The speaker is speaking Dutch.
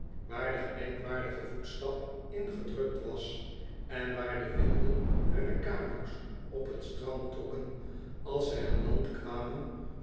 waar de gedenkwaardige voetstap in gedrukt was en waar de wilden hunne kano's op t strand trokken als zij aan land kwamen